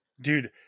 Dude